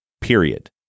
period